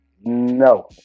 No